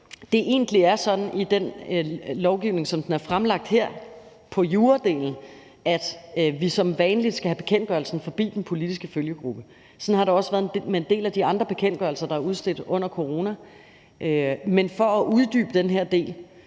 på juradelen i den lovgivning, som den er fremlagt her, at vi som vanligt skal have bekendtgørelsen forbi den politiske følgegruppe. Sådan har det også været med en del af de andre bekendtgørelser, der er udstedt under corona. Men for at uddybe den her del